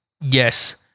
Yes